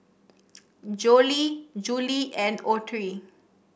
Jolie Julie and Autry